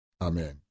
amen